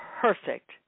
perfect